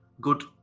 good